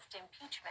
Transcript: impeachment